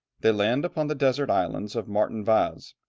they land upon the desert islands of martin vaz,